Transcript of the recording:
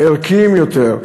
ערכיים יותר,